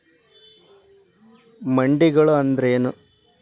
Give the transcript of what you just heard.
ಮಂಡಿಗಳು ಅಂದ್ರೇನು?